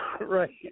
Right